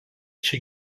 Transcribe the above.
čia